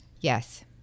Yes